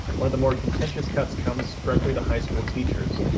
one of the more contentious cuts comes directly to high school teachers.